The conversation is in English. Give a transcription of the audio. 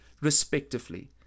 respectively